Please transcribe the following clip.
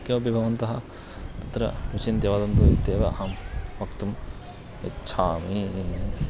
किमपि भवन्तः तत्र विचिन्त्य वदन्तु इत्येव अहं वक्तुम् इच्छामि